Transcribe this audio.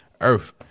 earth